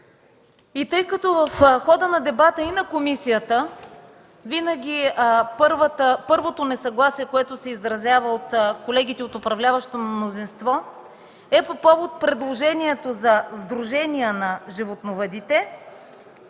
ние. В хода на дебата и на комисията винаги първото несъгласие, което се изразяваше от колегите от управляващото мнозинство, е по повод предложението за сдружения на животновъдите,